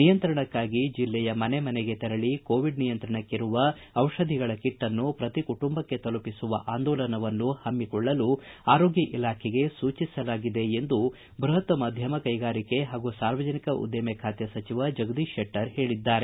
ನಿಯಂತ್ರಣಕ್ಕಾಗಿ ಜಿಲ್ಲೆಯ ಮನೆಮನೆಗೆ ತೆರಳ ಕೋವಿಡ್ ನಿಯಂತ್ರಣಕ್ಕರುವ ದಿಷಧಿಗಳ ಕಿಟ್ನ್ನು ಪ್ರತಿ ಕುಟುಂಬಕ್ಕೆ ತಲಪಿಸುವ ಆಂದೋಲನವನ್ನು ಹಮ್ಮಿಕೊಳ್ಳಲು ಆರೋಗ್ಯ ಇಲಾಖೆಗೆ ಸೂಚಿಸಲಾಗಿದೆ ಎಂದು ಬೃಹತ್ ಮಧ್ಯಮ ಕೈಗಾರಿಕೆ ಹಾಗೂ ಸಾರ್ವಜನಿಕ ಉದ್ದಿಮೆ ಖಾತೆ ಸಚಿವ ಜಗದೀಶ ಶೆಟ್ಟರ್ ಹೇಳಿದ್ದಾರೆ